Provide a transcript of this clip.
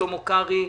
שלמה קרעי,